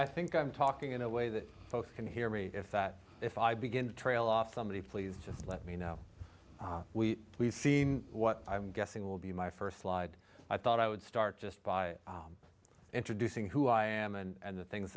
i think i'm talking in a way that folks can hear me is that if i begin to trail off somebody please just let me know we we've seen what i'm guessing will be my first slide i thought i would start just by introducing who i am and the things